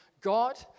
God